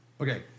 Okay